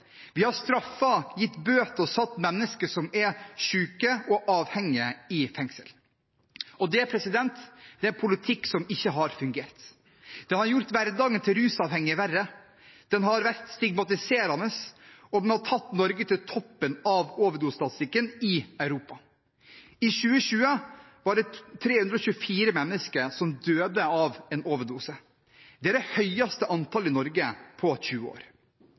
Vi har straffet, gitt bøter og satt mennesker som er syke og avhengige, i fengsel. Det er en politikk som ikke har fungert. Den har gjort hverdagen til rusavhengige verre, den har vært stigmatiserende, og den har tatt Norge til toppen av overdosestatistikken i Europa. I 2020 var det 324 mennesker som døde av en overdose. Det er det høyeste antallet i Norge på 20 år.